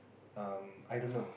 um I don't know